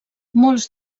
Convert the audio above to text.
molts